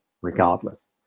regardless